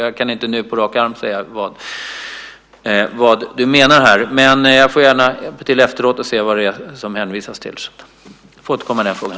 Jag vet inte på rak arm vad Ulrik Lindgren menar, men jag ska gärna hjälpa till efteråt och se vad det hänvisas till. Jag får återkomma i den frågan.